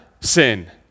sin